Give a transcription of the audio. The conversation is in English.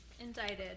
indicted